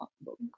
book